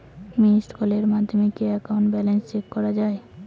Missed কলের মাধ্যমে কি একাউন্ট ব্যালেন্স চেক করা যায়?